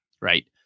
right